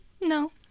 No